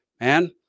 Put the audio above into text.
man